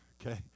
Okay